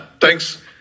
thanks